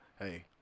Hey